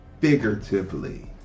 figuratively